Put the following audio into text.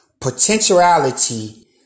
potentiality